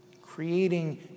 creating